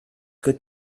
good